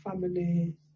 family